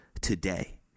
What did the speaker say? today